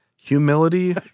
Humility